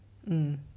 mm